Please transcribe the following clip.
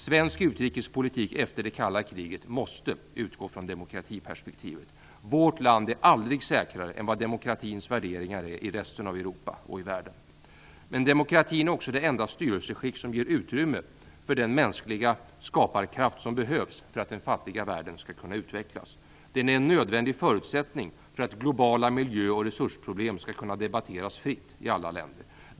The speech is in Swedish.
Svensk utrikespolitik efter det kalla kriget måste utgå från demokratiperspektivet. Vårt land är aldrig säkrare än vad demokratins värderingar är i resten av Europa och i världen. Men demokratin är också det enda styrelseskick som ger utrymme för den mänskliga skaparkraft som behövs för att den fattiga världen skall kunna utvecklas. Den är en nödvändig förutsättning för att globala miljö och resursproblem skall kunna debatteras fritt i alla länder.